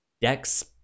dex